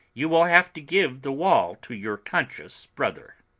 you will have to give the wall to your conscious brother.